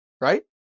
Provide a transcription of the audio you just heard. right